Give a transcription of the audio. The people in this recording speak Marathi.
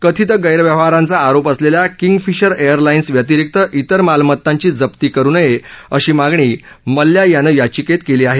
कथित गैरव्यवहारांचा आरोप असलेल्या किंगफिशर एयरलाईन्स व्यतिरिक्त इतर मालमत्तांची जप्ती करू नये अशी मागणी मल्ल्या यानं याविकेत केली आहे